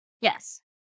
Yes